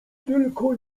tylko